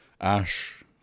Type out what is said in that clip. ash